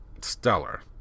stellar